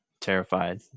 terrified